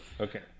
Okay